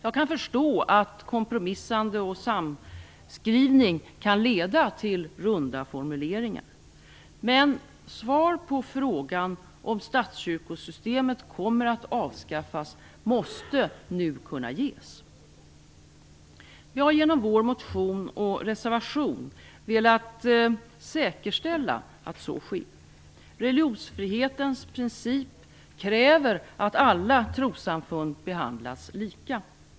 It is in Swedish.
Jag kan förstå att kompromissande och samskrivning kan leda till formuleringar av det här slaget. Men svar på frågan om statskyrkosystemet kommer att avskaffas måste nu kunna ges. Vi har genom vår motion och reservation velat säkerställa att så sker. Religionsfrihetens princip kräver att alla trossamfund behandlas lika.